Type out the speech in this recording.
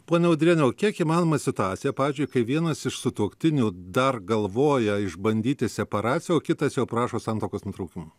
ponia udriene o kiek įmanoma situacija pavyzdžiui kai vienas iš sutuoktinių dar galvoja išbandyti separaciją o kitas jau prašo santuokos nutraukimo